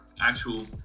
actual